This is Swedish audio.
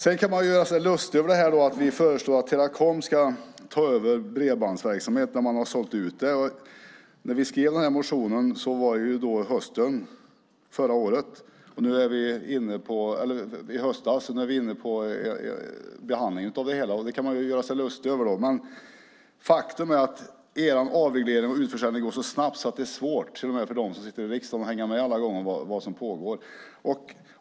Sedan kan man göra sig lustig över att vi föreslår att Teracom ska ta över bredbandsverksamhet när man har sålt ut det. Men vi skrev den här motionen i höstas, och nu är vi inne på behandlingen av det hela. Det kan man göra sig lustig över, men faktum är att era avregleringar och utförsäljningar går så snabbt att det är svårt till och med för dem som sitter i riksdagen att hänga med i vad som pågår alla gånger.